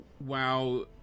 wow